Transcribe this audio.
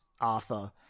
Arthur